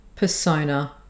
Persona